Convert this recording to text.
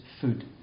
food